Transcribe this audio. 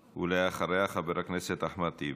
ואחריה, חבר הכנסת אחמד טיבי.